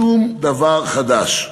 שום דבר חדש.